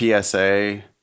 PSA